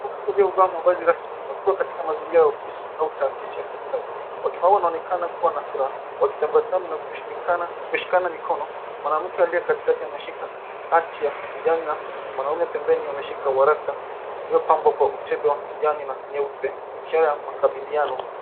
Watu waliovaa mavazi rasmi wakiwa katika mazingira ya ofisi au taasisi ya serikali. Watu hao wanaonekana kuwa na furaha. Wakitambasamu na kushikana mikono. Mwanamke aliye katikati ameshika hati ya kijani na mwanaume pembeni ameshika waraka uliopambwa kwa utepe wa kijani na nyeupe, ishara ya makubaliano.